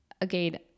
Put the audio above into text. again